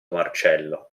marcello